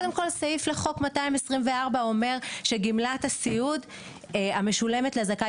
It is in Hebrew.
סעיף לחוק 224 אומר שגמלת הסיעוד המשולמת לזכאי